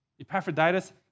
Epaphroditus